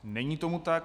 Není tomu tak.